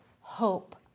hope